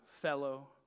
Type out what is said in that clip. fellow